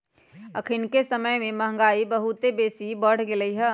अखनिके समय में महंगाई बहुत बेशी बढ़ गेल हइ